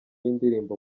y’indirimbo